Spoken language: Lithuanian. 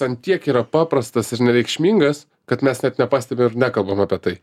ant tiek yra paprastas ir nereikšmingas kad mes net nepastebi ar nekalbam apie tai